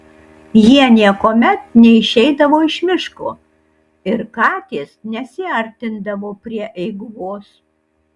jie niekuomet neišeidavo iš miško ir katės nesiartindavo prie eiguvos